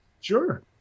Sure